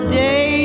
day